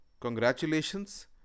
Congratulations